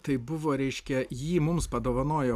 tai buvo reiškia jį mums padovanojo